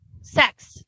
sex